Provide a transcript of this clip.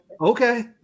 okay